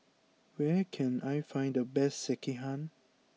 where can I find the best Sekihan